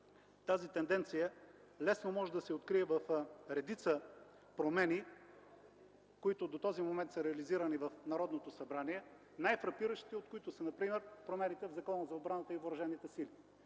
тази тенденция лесно може да се открие в редица промени, които до този момент са реализирани в Народното събрание, най-фрапиращите от които са например промените в Закона за отбраната и въоръжените сили.